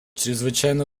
чрезвычайно